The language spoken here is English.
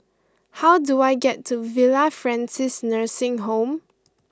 how do I get to Villa Francis Nursing Home